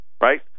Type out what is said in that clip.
right